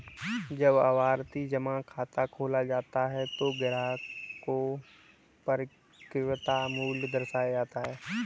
जब आवर्ती जमा खाता खोला जाता है तो ग्राहक को परिपक्वता मूल्य दर्शाया जाता है